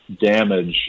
damage